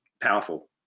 powerful